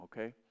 okay